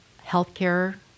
healthcare